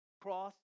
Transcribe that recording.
cross